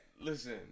listen